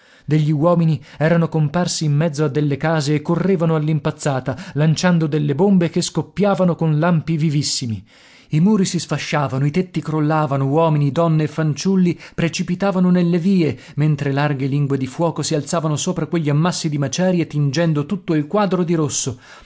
degli uomini erano comparsi in mezzo a delle case e correvano all'impazzata lanciando delle bombe che scoppiavano con lampi vivissimi i muri si sfasciavano i tetti crollavano uomini donne e fanciulli precipitavano nelle vie mentre larghe lingue di fuoco si alzavano sopra quegli ammassi di macerie tingendo tutto il quadro di rosso